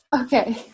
Okay